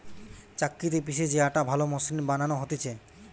চাক্কিতে পিষে যে আটা ভালো মসৃণ বানানো হতিছে